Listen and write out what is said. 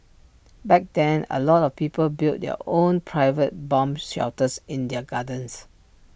back then A lot of people built their own private bomb shelters in their gardens